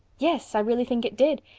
yes, i really think it did,